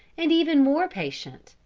and even more patient,